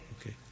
Okay